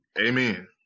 Amen